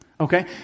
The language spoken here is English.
okay